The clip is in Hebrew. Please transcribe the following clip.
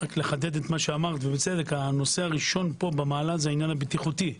אחדד את מה שאמר הנושא הראשון במעלה הוא העניין בטיחותי.